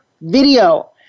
video